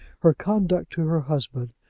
her conduct to her husband,